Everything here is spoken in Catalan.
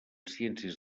ciències